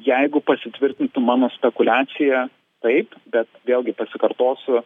jeigu pasitvirtintų mano spekuliacija taip bet vėlgi pasikartosiu